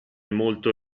molto